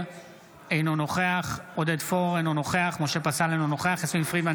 אינו נוכח יסמין פרידמן,